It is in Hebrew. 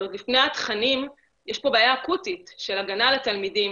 אבל לפני התכנים יש פה בעיה אקוטית של הגנה על התלמידים.